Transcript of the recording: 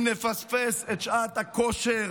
אם נפספס את שעת הכושר